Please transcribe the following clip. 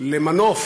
למנוף